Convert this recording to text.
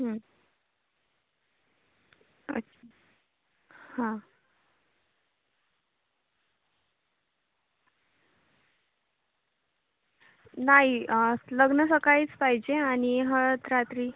अच्छा हां नाही लग्न सकाळीच पाहिजे आणि हळद रात्री